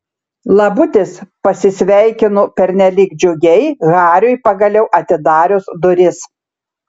labutis pasisveikinu pernelyg džiugiai hariui pagaliau atidarius duris